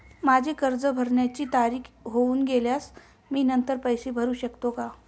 माझे कर्ज भरण्याची तारीख होऊन गेल्यास मी नंतर पैसे भरू शकतो का?